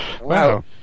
Wow